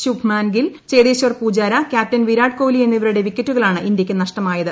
Shubman Gill Cheteshwar Pujara captain Virat Kohli എന്നിവരുടെ വിക്കറ്റുകളാണ് ഇന്ത്യയ്ക്ക് നഷ്ടമായത്